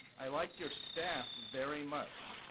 i liked your staff very much.